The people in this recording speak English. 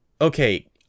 okay